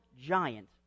giant